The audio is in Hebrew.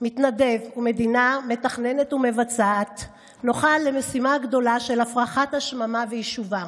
מתנדב ומדינה מתכננת ומבצעת נוכל למשימה הגדולה של הפרחת השממה ויישובה.